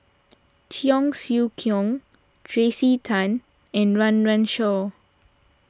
Cheong Siew Keong Tracey Tan and Run Run Shaw